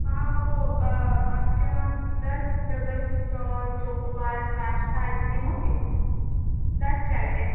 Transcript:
ہاں وہ آپ کے وہاں دس ڈبل جو چوکو بار کاستہ آئس کریم ہوگی دس چاہیے